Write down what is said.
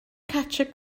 cartref